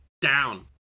down